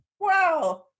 wow